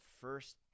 first